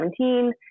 2017